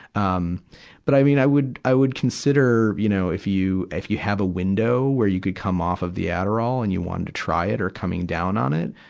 um but, i mean, i would, i would consider, you know, if you, if you have a window where you could come off of the adderall and you wanted to try it or coming down on it,